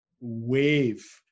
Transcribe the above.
wave